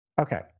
Okay